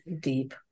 deep